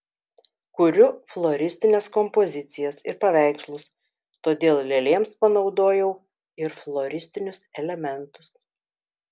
kuriu floristines kompozicijas ir paveikslus todėl lėlėms panaudojau ir floristinius elementus